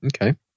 okay